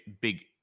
big